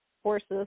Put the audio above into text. horses